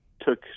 took